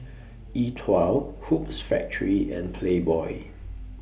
E TWOW Hoops Factory and Playboy